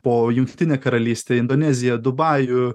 po jungtinę karalystę indoneziją dubajų